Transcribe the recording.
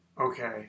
okay